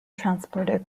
transporter